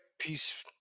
peace